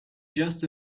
just